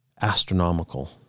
Astronomical